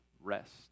rest